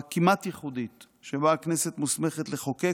כמעט ייחודית שבה 'הכנסת מוסמכת לחוקק